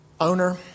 owner